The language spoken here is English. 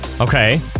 Okay